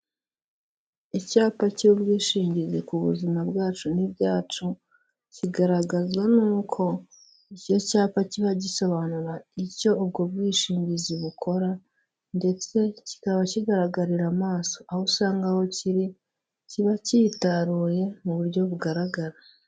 Icyapa cy'ubwishingizi ku buzima bwacu n'ibyacu, kigaragaza n'uko icyo cyapa kiba gisobanura icyo ubwo bwishingizi bukora ndetse kikaba kigaragarira amaso, aho usanga aho kiri kiba kitaruye mu buryo bugaragara.